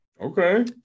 Okay